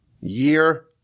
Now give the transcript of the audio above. year